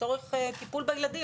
לצורך טיפול בילדים,